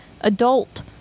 adult